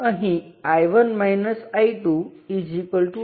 ચાલો હું આની નકલ બતાવું અને ત્યાં જોડાણ દૂર કરું